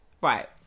right